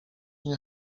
nie